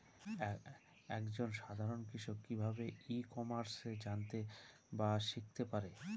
এক জন সাধারন কৃষক কি ভাবে ই কমার্সে জানতে বা শিক্ষতে পারে?